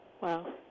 Wow